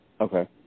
Okay